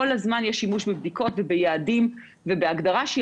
כל הזמן יש שימוש בבדיקות וביעדים ובהגדרה שהיא